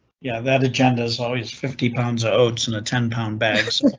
yeah, that agenda is always fifty pounds of oats in a ten pound bags.